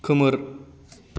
खोमोर